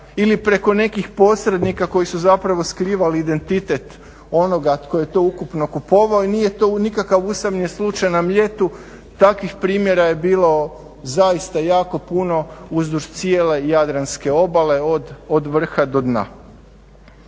ili preko nekih posrednika koji su zapravo skrivali identitet onoga tko je to ukupno kupovao. I nije to nikakav usamljeni slučaj na Mljetu, takvih primjera je bilo zaista jako puno uzduž cijele Jadranske obale od vrha do dna.